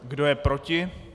Kdo je proti?